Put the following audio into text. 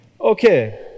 Okay